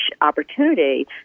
opportunity